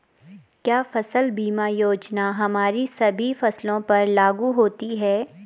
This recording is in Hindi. क्या फसल बीमा योजना हमारी सभी फसलों पर लागू होती हैं?